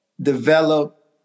develop